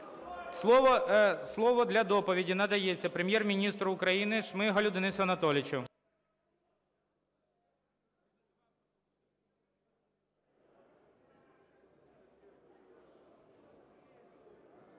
Слово для доповіді надається Прем'єр-міністру України Шмигалю Денису Анатолійовичу.